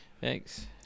Thanks